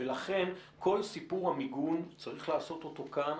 ולכן כל סיפור המיגון צריך לעשות אותו כאן.